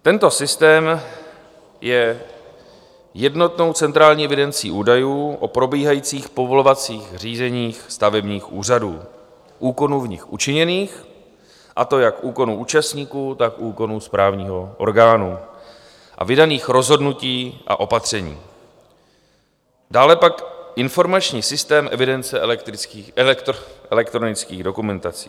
Tento systém je jednotnou centrální evidencí údajů o probíhajících povolovacích řízeních stavebních úřadů, úkonů v nich učiněných, a to jak úkonů účastníků, tak úkonů správního orgánu a vydaných rozhodnutí a opatření, dále pak informační systém evidence elektronických dokumentací.